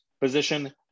position